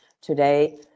today